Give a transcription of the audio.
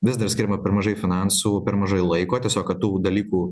vis dar skiriama per mažai finansų per mažai laiko tiesiog kad tų dalykų